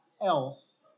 else